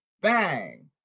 Bang